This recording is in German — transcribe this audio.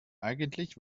eigentlich